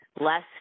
less